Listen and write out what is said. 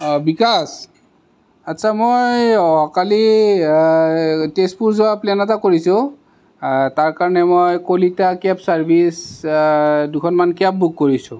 বিকাশ আচ্ছা মই অহাকালি তেজপুৰ যোৱাৰ প্লেন এটা কৰিছোঁ তাৰকাৰণে মই কলিতা কেব চাৰ্ভিছ দুখনমান কেব বুক কৰিছোঁ